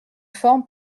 forme